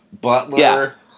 Butler